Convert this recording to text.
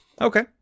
Okay